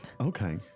Okay